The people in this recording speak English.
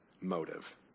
motive